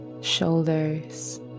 shoulders